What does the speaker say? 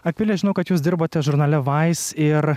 akvilė žino kad jūs dirbate žurnale vais ir